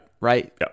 right